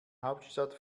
hauptstadt